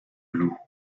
loup